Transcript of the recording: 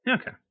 Okay